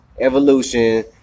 Evolution